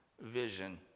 vision